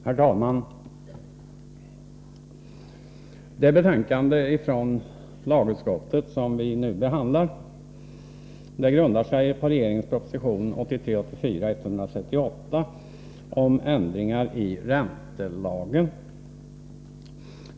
Herr talman! Det betänkande från lagutskottet som vi nu behandlar grundar sig på regeringens proposition 138 om ändringar i räntelagen.